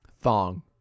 Thong